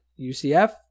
UCF